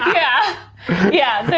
yeah yeah.